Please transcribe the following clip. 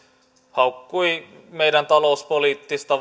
haukkui meidän talouspoliittista